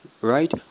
right